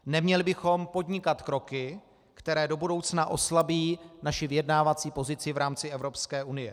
Neměli bychom podnikat kroky, které do budoucna oslabí naši vyjednávací pozici v rámci Evropské unie.